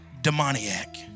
demoniac